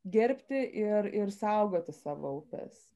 gerbti ir ir saugoti savo upes